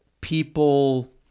people –